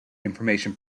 information